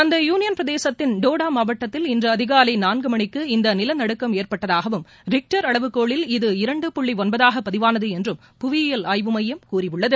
அந்த யூளியள் பிரதேசத்தின் தோடா மாவட்டத்தில் இன்று அதிகாலை நான்கு மணிக்கு இந்த நிலநடுக்கம் ஏற்பட்டதாகவும் ரிக்டர் அளவுகோலில் இது இரண்டு புள்ளி ஒன்பதாக பதிவானது என்றும் புவியியல் ஆய்வு மையம் கூறியுள்ளது